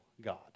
God